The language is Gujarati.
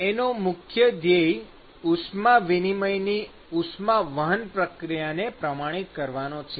એનો મુખ્ય ધ્યેય ઉષ્મા વિનિમયની ઉષ્માવહન પ્રક્રિયાને પ્રમાણિત કરવાનો છે